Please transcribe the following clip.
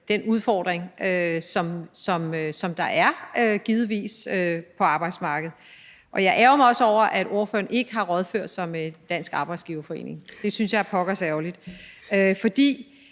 den udfordring, som der givetvis er på arbejdsmarkedet. Jeg ærgrer mig også over, at ordføreren ikke har rådført sig med Dansk Arbejdsgiverforening. Det synes jeg er pokkers ærgerligt, for